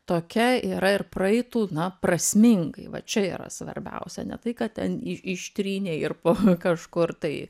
tokia yra ir praeitų na prasmingai va čia yra svarbiausia ne tai kad ten i ištrynė ir po kažkur tai